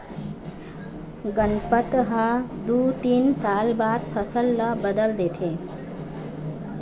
गनपत ह दू तीन साल बाद फसल ल बदल देथे